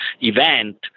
event